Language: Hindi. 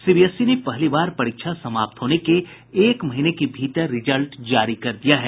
सीबीएसई ने पहली बार परीक्षा समाप्त होने के एक महीने के भीतर रिजल्ट जारी किया है